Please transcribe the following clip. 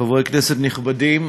חברי כנסת נכבדים,